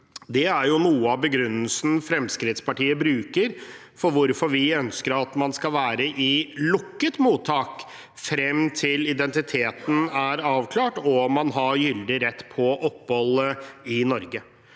Det er noe av begrunnelsen Fremskrittspartiet bruker for hvorfor vi ønsker at man skal være i lukket mottak frem til identiteten er avklart og man har gyldig rett på opphold i Norge.